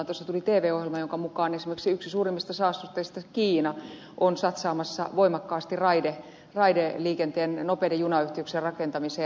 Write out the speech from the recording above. tuossa tuli tv ohjelma jonka mukaan esimerkiksi yksi suurimmista saastuttajista kiina on satsaamassa voimakkaasti raideliikenteen nopeiden junayhteyksien rakentamiseen